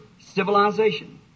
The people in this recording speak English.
civilization